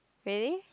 really